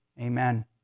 Amen